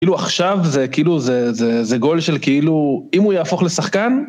כאילו עכשיו זה כאילו זה זה זה גול של כאילו אם הוא יהפוך לשחקן